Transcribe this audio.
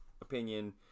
opinion